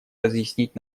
разъяснить